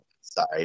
side